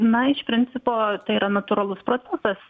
na iš principo tai yra natūralus procesas